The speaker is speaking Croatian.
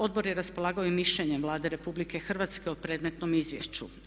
Odbor je raspolagao i mišljenjem Vlade RH o predmetnom izvješću.